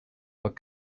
what